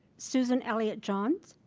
susan elliott-johns,